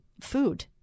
food